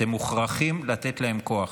אתם מוכרחים לתת להם כוח.